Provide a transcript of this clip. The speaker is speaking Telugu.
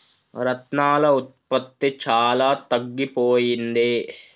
రత్నాల ఉత్పత్తి చాలా తగ్గిపోయింది